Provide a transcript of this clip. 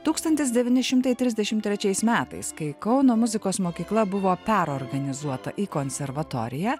tūkstantis devyni šimtai treisdešim trečiais metais kai kauno muzikos mokykla buvo perorganizuota į konservatoriją